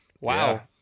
Wow